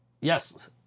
Yes